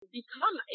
become